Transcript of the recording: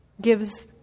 Gives